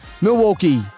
Milwaukee